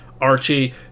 Archie